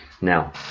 Now